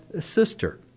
sister